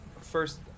First